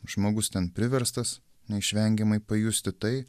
žmogus ten priverstas neišvengiamai pajusti tai